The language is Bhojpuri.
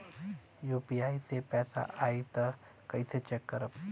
यू.पी.आई से पैसा आई त कइसे चेक करब?